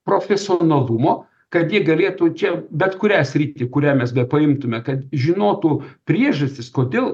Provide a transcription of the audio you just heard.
profesionalumo kad jie galėtų čia bet kurią sritį kurią mes bepaimtume kad žinotų priežastis kodėl